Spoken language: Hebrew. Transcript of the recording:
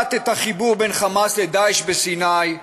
קוטעת את החיבור בין חמאס לדאעש בסיני,